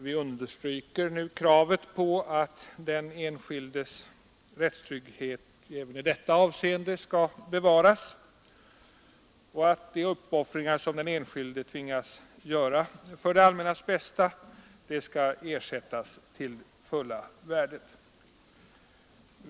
Vi understryker kravet att den enskildes rättstrygghet även i detta avseende skall bevaras och att de uppoffringar som den enskilde tvingas göra för det allmännas bästa skall ersättas till fulla värdet.